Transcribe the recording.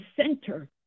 center